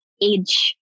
age